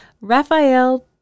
Raphael